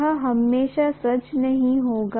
यह हमेशा सच नहीं होगा